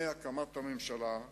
מהקמת הממשלה,